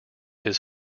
his